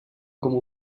com